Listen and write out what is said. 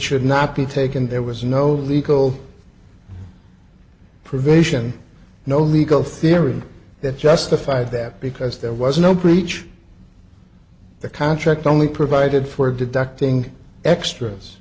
should not be taken there was no legal provision no legal theory that justified that because there was no breach the contract only provided for deducting extras